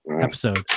episode